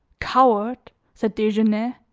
coward! said desgenais,